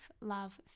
love